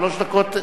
שלוש דקות?